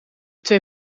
twee